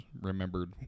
remembered